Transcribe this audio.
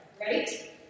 right